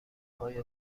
آیا